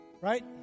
Right